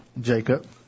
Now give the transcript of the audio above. Jacob